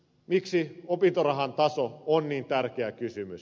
miksi opintorahan taso on niin tärkeä kysymys